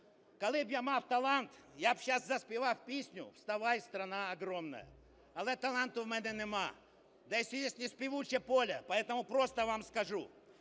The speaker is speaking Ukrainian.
Коли б я мав талант, я б сейчас заспівав пісню "Вставай страна огромная". Але таланту в мене нема, да и здесь не співуче поле. Поэтому просто вам скажу,